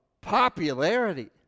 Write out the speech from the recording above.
popularity